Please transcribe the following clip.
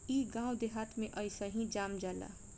इ गांव देहात में अइसही जाम जाला